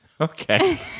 Okay